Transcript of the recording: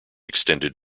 extended